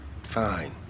Fine